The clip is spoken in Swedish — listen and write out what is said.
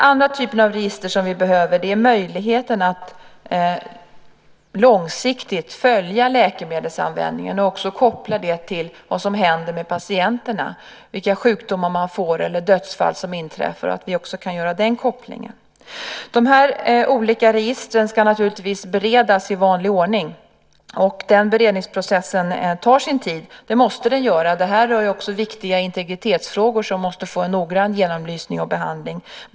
För det andra behövs möjligheten att långsiktigt följa läkemedelsanvändningen och också koppla det till vad som händer med patienterna, vilka sjukdomar man får eller vilka dödsfall som inträffar, så att vi också kan göra den kopplingen. De här olika registren ska naturligtvis beredas i vanlig ordning. Den beredningsprocessen måste naturligtvis ta sin tid. Det här rör också viktiga integritetsfrågor, som måste få en noggrann genomlysning och behandling.